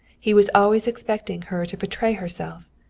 he was always expecting her to betray herself.